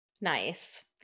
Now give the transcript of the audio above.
Nice